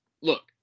look